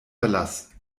verlass